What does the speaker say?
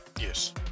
Yes